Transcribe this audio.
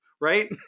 right